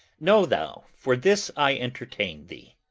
know thou, for this i entertain thee.